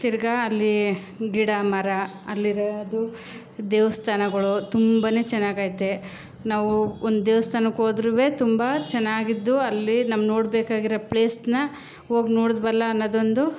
ತಿರುಗಾ ಅಲ್ಲಿ ಗಿಡ ಮರ ಅಲ್ಲಿರೋದು ದೇವಸ್ಥಾನಗಳು ತುಂಬನೇ ಚೆನ್ನಾಗೈತೆ ನಾವು ಒಂದು ದೇವಸ್ಥಾನಕ್ಕೋದರೂ ತುಂಬ ಚೆನ್ನಾಗಿದ್ದು ಅಲ್ಲಿ ನಮ್ಮ ನೋಡ್ಬೇಕಾಗಿರೋ ಪ್ಲೇಸ್ನ ಹೋಗಿ ನೋಡೋದ್ವಲ್ಲ ಅನ್ನೋದೊಂದು